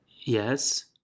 yes